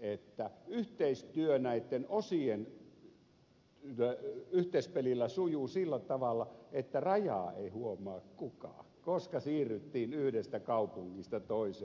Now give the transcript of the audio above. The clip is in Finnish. että yhteistyö näitten osien kesken sujuu yhteispelillä sillä tavalla että rajaa ei huomaa kukaan koska siirryttiin yhdestä kaupungista toiseen